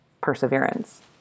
perseverance